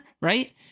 right